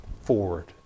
forward